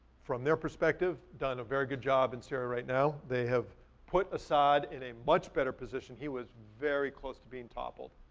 from their perspective, done a very good job in syria right now. they have put assad in a much better position. he was very close to being toppled.